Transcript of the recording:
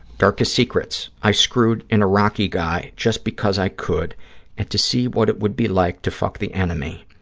darkest secrets. i screwed an iraqi guy just because i could and to see what it would be like to fuck the enemy.